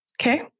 Okay